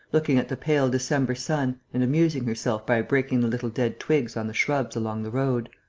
looking at the pale december sun and amusing herself by breaking the little dead twigs on the shrubs along the road.